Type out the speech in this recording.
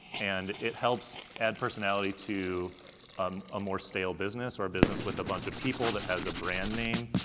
and it helps add personality to um a more stale business or a business with a bunch of people that has a brand name,